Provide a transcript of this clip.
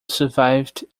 survived